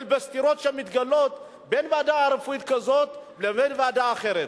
של הסתירות שמתגלות בין ועדה רפואית כזאת לבין ועדה אחרת.